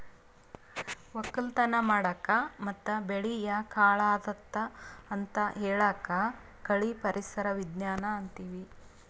ವಕ್ಕಲತನ್ ಮಾಡಕ್ ಮತ್ತ್ ಬೆಳಿ ಯಾಕ್ ಹಾಳಾದತ್ ಅಂತ್ ಹೇಳಾಕ್ ಕಳಿ ಪರಿಸರ್ ವಿಜ್ಞಾನ್ ಅಂತೀವಿ